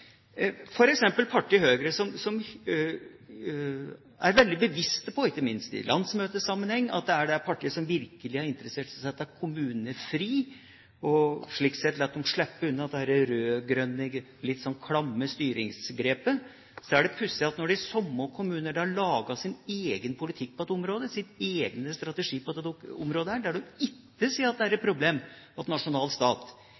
ikke minst i landsmøtesammenheng – at de er det partiet som virkelig er interessert i å sette kommunene fri og slik sett lar dem slippe unna dette rød-grønne litt sånn klamme styringsgrepet. Når de samme kommunene da lager sin egen politikk, sin egen strategi på dette området, der de ikke sier at det er et problem at nasjonal stat